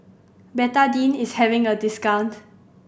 Betadine is having a discount